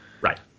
Right